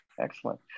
Excellent